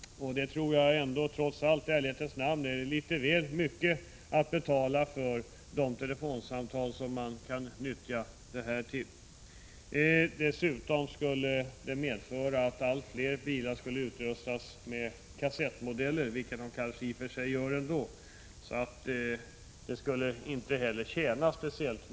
Det är litet väl mycket att betala, även om man tar hänsyn till de privata telefonsamtal som kan komma i fråga. Förslaget på den punkten skulle dessutom medföra att man utrustade allt fler bilar med kassettmodeller, vilket man i och för sig kanske gör ändå.